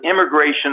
immigration